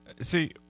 See